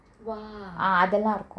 !wah!